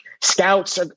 Scouts